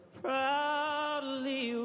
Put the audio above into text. proudly